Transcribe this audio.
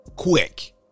Quick